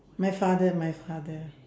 my father my father